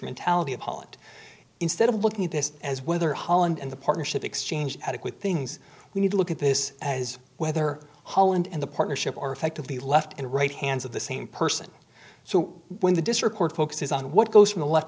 instrumentality of holland instead of looking at this as whether holland and the partnership exchange adequate things we need to look at this as whether holland and the partnership or effect of the left and right hands of the same person so when the district court focuses on what goes from the left